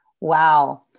Wow